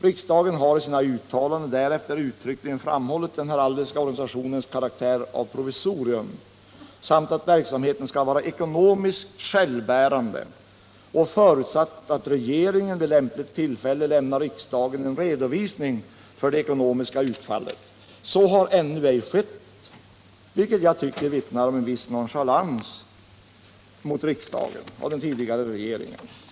Riksdagen har i sina utta = Statens heraldiska landen därefter uttryckligen framhållit den heraldiska organisationens verksamhet karaktär av provisorium. Man har vidare framhållit att verksamheten skall vara ekonomiskt självbärande, och man har förutsatt att regeringen vid lämpligt tillfälle lämnar riksdagen en redovisning för det ekonomiska utfallet. Så har ännu inte skett, vilket jag tycker vittnar om en viss nonchalans av den tidigare regeringen mot riksdagen.